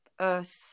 Earth